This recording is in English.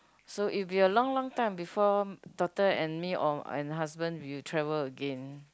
so it will be a long long time before daughter and me or and husband we will travel again